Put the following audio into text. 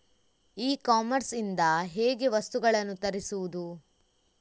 E commerce ಇಂದ ಹೇಗೆ ವಸ್ತುಗಳನ್ನು ತರಿಸುವುದು?